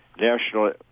National